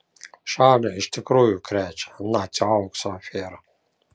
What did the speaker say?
šalį iš tikrųjų krečia nacių aukso afera